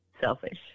selfish